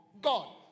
God